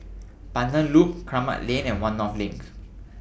Pandan Loop Kramat Lane and one North LINK